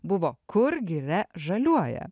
buvo kur giria žaliuoja